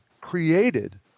created